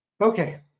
Okay